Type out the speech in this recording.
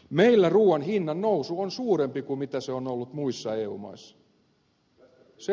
meillä ruuan hinnan nousu on suurempi kuin se on ollut muissa eu maissa